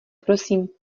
prosím